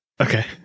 Okay